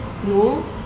no